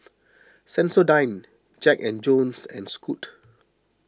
Sensodyne Jack and Jones and Scoot